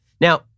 Now